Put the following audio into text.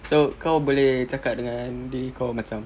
so kau boleh cakap dengan diri kau macam